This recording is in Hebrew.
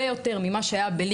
אין לנו מספיק מזה.